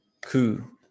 Ku